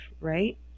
right